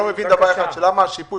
אין לנו נשמה לעשות את זה.